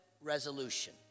resolution